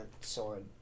sword